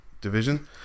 division